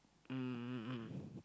um